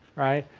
right?